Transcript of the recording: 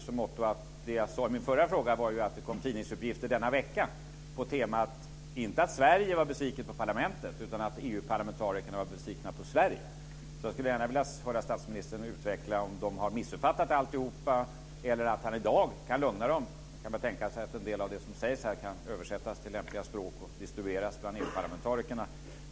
Som jag sade i min första fråga kom det ju tidningsuppgifter denna vecka på temat inte att Sverige var besviket på parlamentet utan att EU parlamentarikerna var besvikna på Sverige. Jag skulle gärna vilja höra statsministern utveckla om de har missuppfattat alltihop så att han i dag kan lugna dem - man kan väl tänka sig att en del av det som sägs här kan översättas till lämpliga språk och distribueras bland EU-parlamentarikerna.